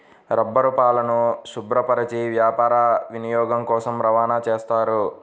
రబ్బరుపాలను శుభ్రపరచి వ్యాపార వినియోగం కోసం రవాణా చేస్తారు